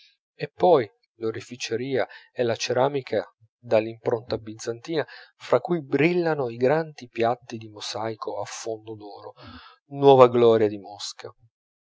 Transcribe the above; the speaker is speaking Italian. e poi l'oreficeria e la ceramica dall'impronta bizantina fra cui brillano i grandi piatti di mosaico a fondo d'oro nuova gloria di mosca